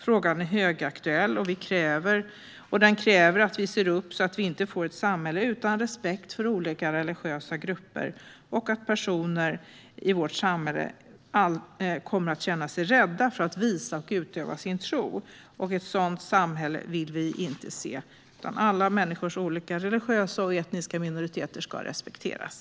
Frågan är högaktuell. Den kräver att vi ser upp så att vi inte får ett samhälle utan respekt för olika religiösa grupper och där personer känner sig rädda för att visa och utöva sin tro. Ett sådant samhälle vill vi inte se. Olika religiösa och etniska minoriteter ska respekteras.